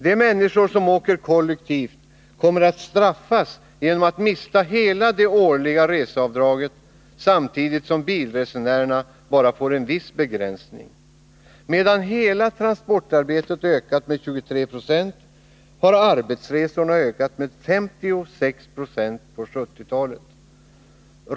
De människor som åker kollektivt kommer att straffas genom att mista hela det årliga reseavdraget, samtidigt som bilresenärerna bara får en viss begränsning. Medan hela transportarbetet ökat med 23 2 har arbetsresorna ökat med 56 26 på 1970-talet.